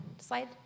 slide